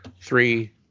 three